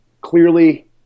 clearly –